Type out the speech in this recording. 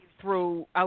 throughout